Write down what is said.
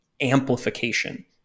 amplification